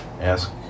ask